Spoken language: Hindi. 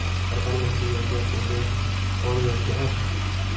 प्रधानमंत्री योजना के लिए कौन योग्य है?